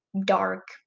dark